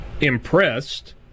impressed